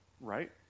right